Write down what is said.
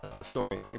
story